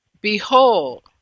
behold